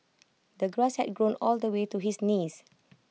the grass had grown all the way to his knees